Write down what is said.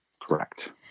Correct